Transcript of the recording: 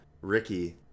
Ricky